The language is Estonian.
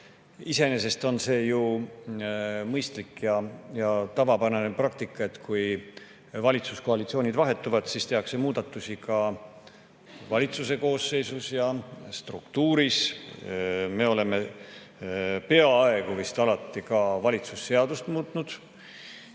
Iseenesest on see ju mõistlik ja tavapärane praktika, et kui valitsuskoalitsioon vahetub, siis tehakse muudatusi ka valitsuse koosseisus ja struktuuris. Me oleme vist peaaegu alati ka valitsuse seadust muutnud.